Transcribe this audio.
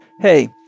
Hey